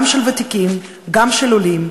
גם של ותיקים וגם של עולים,